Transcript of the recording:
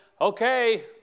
okay